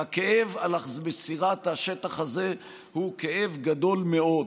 והכאב על מסירת השטח הזה הוא כאב גדול מאוד.